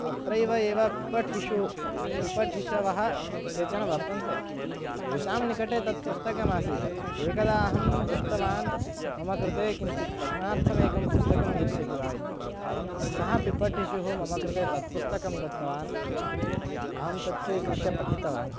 अत्रैव एव पिपठिषु पिपठिषवः केचन वर्तन्ते तेषां निकटे तत् पुस्तकमासीत् एकदा अहं पृष्टवान् मम कृते किञ्चित् पठनार्थम् एकं पुस्तकं यच्छति वा इति सः पिपठिशुः मम कृते तत् पुस्तकं दत्तवान् अहं तत् स्वीकृत्य पठितवान्